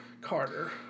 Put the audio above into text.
Carter